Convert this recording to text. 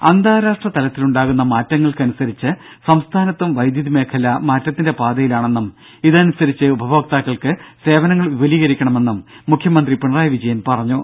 രുര അന്താരാഷ്ട്ര തലത്തിലുണ്ടാകുന്ന മാറ്റങ്ങൾക്കനുസരിച് സംസ്ഥാനത്തും വൈദ്യുതിമേഖല മാറ്റത്തിന്റെ പാതയിലാണെന്നും ഇതിനനുസരിച്ചു ഉപഭോക്താക്കൾക്ക് സേവനങ്ങൾ വിപുലീകരിക്കണമെന്നും മുഖ്യമന്ത്രി പിണറായി വിജയൻ നിർദ്ദേശിച്ചു